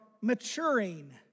maturing